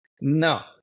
No